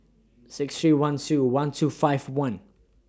six three one two one two five one